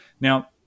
Now